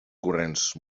corrents